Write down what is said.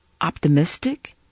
optimistic